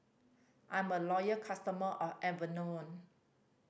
I'm a loyal customer of Enervon